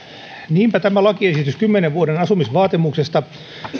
niinpä tämä lakiesitys kymmenen vuoden asumisvaatimuksesta